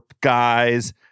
guys